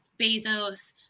Bezos